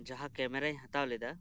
ᱡᱟᱦᱟᱸ ᱠᱮᱢᱮᱨᱟᱧ ᱦᱟᱛᱟᱣ ᱞᱮᱫᱟ